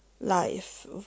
life